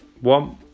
one